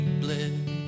bled